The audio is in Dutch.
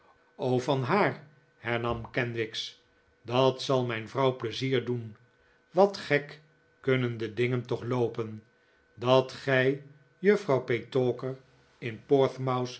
van haar hernam kenwigs dat zal mijn vrouw pleizier doen wat gek kunnen de dingen toch loopen dat gij juffrouw petowker in